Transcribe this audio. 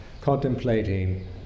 contemplating